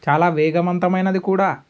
చాలా వేగవంతమైనది కూడా